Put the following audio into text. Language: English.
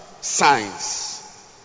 science